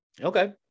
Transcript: Okay